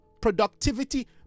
productivity